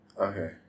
Okay